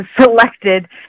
selected